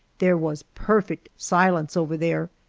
there was perfect silence over there,